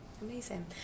Amazing